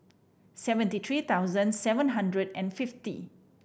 seventy three thousand seven hundred and fifty